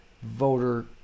voter